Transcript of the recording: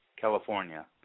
California